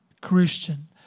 Christian